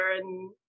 and-